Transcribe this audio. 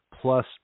plus